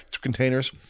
containers